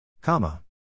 Comma